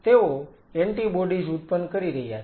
તેઓ એન્ટિબોડીઝ ઉત્પન્ન કરી રહ્યા છે